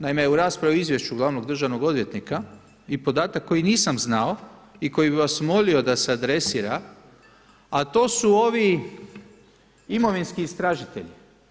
Naime, u raspravi o izvješću glavnog državnog odvjetnika i podatak koji nisam znalo i koji bi vas molio da se adresira, a to su ovi imovinski istražitelji.